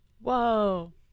Whoa